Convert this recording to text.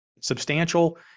substantial